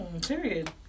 Period